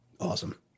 Awesome